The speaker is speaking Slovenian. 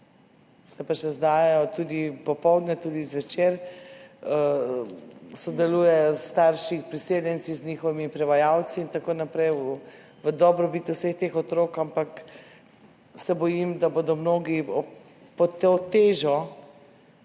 Se pač razdajajo. Tudi popoldne, tudi zvečer sodelujejo s starši priseljenci, z njihovimi prevajalci in tako naprej v dobro vseh teh otrok. Ampak se bojim, da mnogi pod to težo,